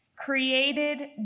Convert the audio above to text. created